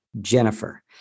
Jennifer